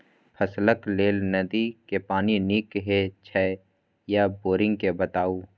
फसलक लेल नदी के पानी नीक हे छै या बोरिंग के बताऊ?